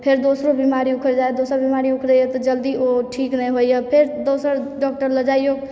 फेर दोसर बीमारी उखरि जाइ यऽ दोसर बीमारी उखरै यऽ तऽ जल्दी ओ ठीक नहि होइ यऽ फेर दोसर डॉक्टर लग जाइयो